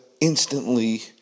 instantly